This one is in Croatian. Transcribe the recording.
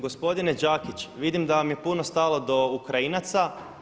Gospodine Đakić, vidim da vam je puno stalo do Ukrajinaca.